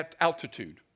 altitude